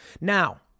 Now